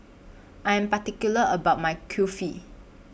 I Am particular about My Kulfi